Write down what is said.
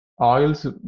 Oils